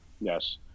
Yes